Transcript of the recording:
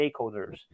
stakeholders